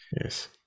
Yes